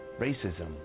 racism